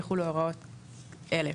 יחולו הוראות אלה: